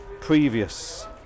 previous